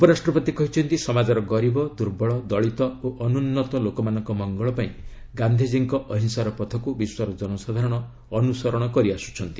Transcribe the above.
ଉପରାଷ୍ଟ୍ରପତି କହିଛନ୍ତି ସମାଜର ଗରିବ ଦୁର୍ବଳ ଦଳିତ ଓ ଅନୁନ୍ନତ ଲୋକମାନଙ୍କ ମଙ୍ଗଳ ପାଇଁ ଗାନ୍ଧିଜୀଙ୍କ ଅହିଂସାର ପଥକୁ ବିଶ୍ୱର ଜନସାଧାରଣ ଅନୁସରଣ କରିଆସୁଛନ୍ତି